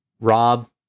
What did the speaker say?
rob